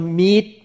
meet